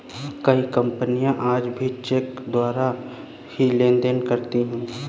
कई कपनियाँ आज भी चेक द्वारा ही लेन देन करती हैं